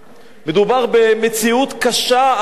מדובר במציאות קשה הרבה יותר.